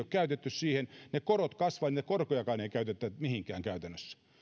käytetty siihen ja ne korot kasvavat ja niitä korkojakaan ei käytetä mihinkään käytännössä